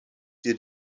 dir